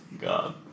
God